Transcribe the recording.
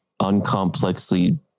uncomplexly